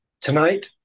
Tonight